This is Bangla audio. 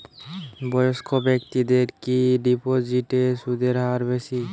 বয়স্ক ব্যেক্তিদের কি ডিপোজিটে সুদের হার বেশি?